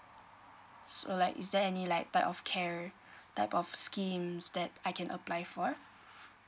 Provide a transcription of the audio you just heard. so like is there any like type of care type of schemes that I can apply for